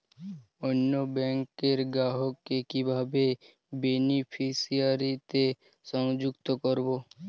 অন্য ব্যাংক র গ্রাহক কে কিভাবে বেনিফিসিয়ারি তে সংযুক্ত করবো?